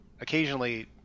occasionally